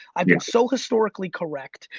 i'm been so historically correct,